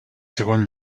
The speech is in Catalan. segon